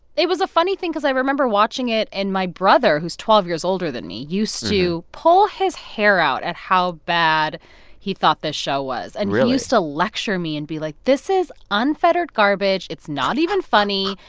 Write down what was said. it was a funny thing cause i remember watching it, and my brother, who's twelve years older than me, used to pull his hair out at how bad he thought this show was really? and he used to lecture me and be like, this is unfettered garbage. it's not even funny.